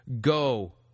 Go